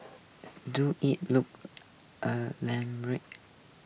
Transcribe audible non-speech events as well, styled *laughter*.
do it look a land *unintelligible*